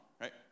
right